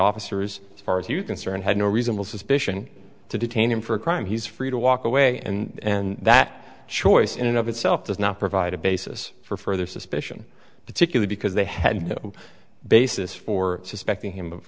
officers as far as you concerned had no reasonable suspicion to detain him for a crime he's free to walk away and that choice in and of itself does not provide a basis for further suspicion particular because they had no basis for suspecting him of